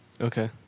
Okay